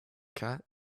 cat